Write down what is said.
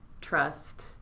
trust